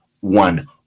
one